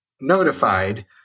notified